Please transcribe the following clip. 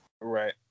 Right